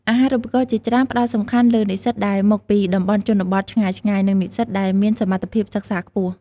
អាហារូបករណ៍ជាច្រើនផ្ដោតសំខាន់លើនិស្សិតដែលមកពីតំបន់ជនបទឆ្ងាយៗ និងនិស្សិតដែលមានសមត្ថភាពសិក្សាខ្ពស់។